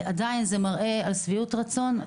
זה עדיין מראה על שביעות רצון.